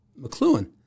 McLuhan